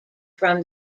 from